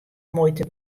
muoite